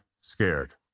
scared